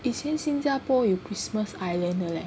以前新加坡有 Christmas Island leh